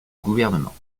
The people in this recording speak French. gouvernement